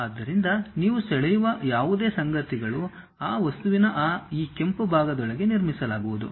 ಆದ್ದರಿಂದ ನೀವು ಸೆಳೆಯುವ ಯಾವುದೇ ಸಂಗತಿಗಳು ಆ ವಸ್ತುವಿನ ಈ ಕೆಂಪು ಭಾಗದೊಳಗೆ ನಿರ್ಮಿಸಲಾಗುವುದು